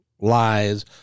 Lies